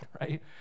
right